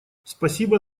спасибо